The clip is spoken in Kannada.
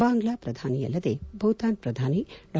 ಬಾಂಗ್ಲಾ ಪ್ರಧಾನಿ ಅಲ್ಲದೆ ಭೂತಾನ್ ಪ್ರಧಾನಿ ಡಾ